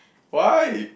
why